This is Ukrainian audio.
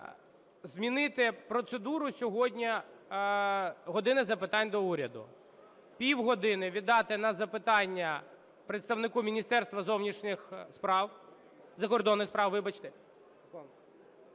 змінити процедуру сьогодні "години запитань до Уряду". Півгодини віддати на запитання представнику Міністерства закордонних справ, 30